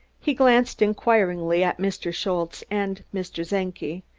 he glanced inquiringly at mr. schultze and mr. czenki,